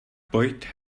pojď